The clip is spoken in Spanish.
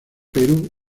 perú